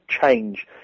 change